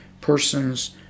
person's